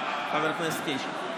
חבר הכנסת קיש,